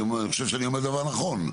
אני חושב שאני אומר דבר נכון.